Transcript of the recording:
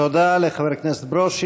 תודה לחבר הכנסת ברושי.